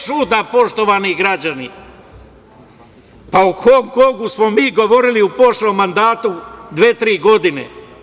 čuda, poštovani građani, o Hong Kongu smo mi govorili u prošlom mandatu pre dve, tri godine.